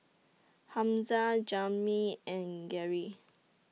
Hamza Jamey and Gary